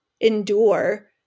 endure